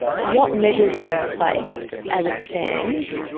what measures are in place, as it stands,